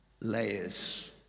layers